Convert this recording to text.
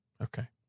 Okay